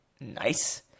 nice